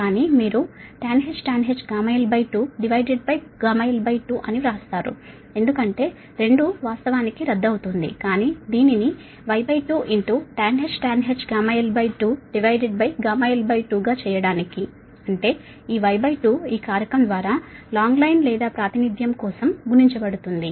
కానీ మీరు tanh γl2 γl2అని వ్రాస్తారు ఎందుకంటే 2 వాస్తవానికి రద్దు అవుతుంది కానీ దీనిని Y2 tanh γl2 γl2 గా చేయడానికి అంటే ఈ Y2ఈ ఫాక్టర్ లాంగ్ లైన్ ని రిప్రెసెంట్ ద్వారా గుణించబడుతుంది